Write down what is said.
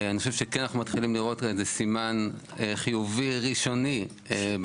אני חושב שכן אנחנו מתחילים לראות איזה סימן חיובי ראשוני בנושא,